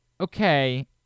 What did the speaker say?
Okay